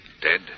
dead